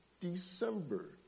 December